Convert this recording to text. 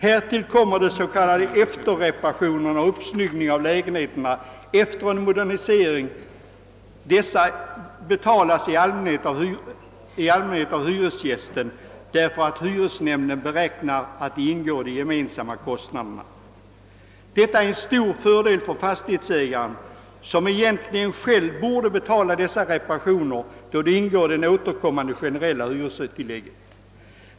Härtill kommer att s.k. efterreparationer och uppsnyggning av lägenheterna efter en modernisering i allmänhet får betalas av hyresgästen därför att hyresnämnden beräknar att dessa ingår i de gemensamma kostnaderna. Detta är en stor fördel för fastighetsägaren, som egentligen själv borde betala sådana reparationer, då de ingår i det återkommande generella hyrestillägget.